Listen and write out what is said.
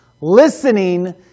Listening